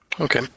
Okay